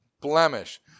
blemish